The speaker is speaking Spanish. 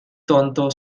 tonto